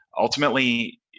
ultimately